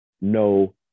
no